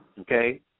Okay